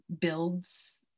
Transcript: builds